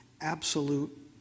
absolute